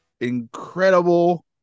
incredible